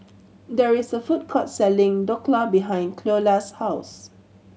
there is a food court selling Dhokla behind Cleola's house